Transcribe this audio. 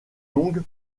longue